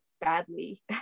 badly